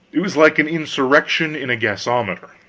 it was like an insurrection in a gasometer.